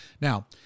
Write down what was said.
Now